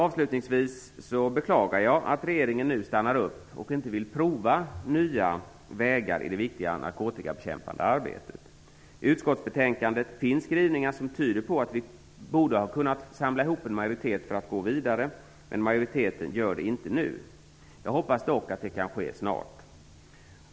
Avslutningsvis beklagar jag att regeringen nu stannar upp, och inte vill prova nya vägar i det viktiga narkotikabekämpande arbetet. I utskottsbetänkandet finns skrivningar som tyder på att vi borde ha kunnat samla ihop en majoritet för att gå vidare, men majoriteten gör inte detta nu. Jag hoppas dock att det kan ske snart.